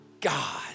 God